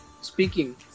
speaking